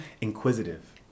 inquisitive